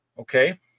okay